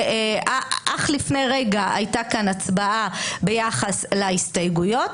שאך לפני רגע הייתה כאן הצבעה ביחס להסתייגויות,